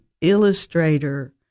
illustrator